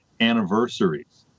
anniversaries